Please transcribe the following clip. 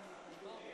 שלכם.